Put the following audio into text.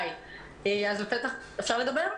לפעמים הקול הזה נבלע ולפעמים צריך לעצור ולהגיד: